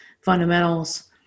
fundamentals